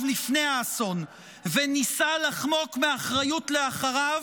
לפני האסון וניסה לחמוק מאחריות לאחריו,